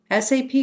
SAP